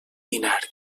dinar